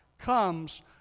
comes